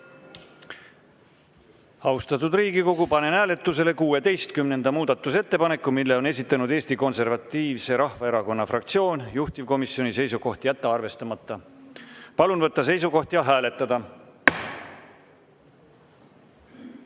Austatud Riigikogu, panen hääletusele 16. muudatusettepaneku. Selle on esitanud Eesti Konservatiivse Rahvaerakonna fraktsioon. Juhtivkomisjoni seisukoht on jätta arvestamata. Palun võtta seisukoht ja hääletada!